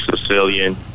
Sicilian